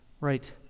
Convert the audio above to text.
right